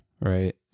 Right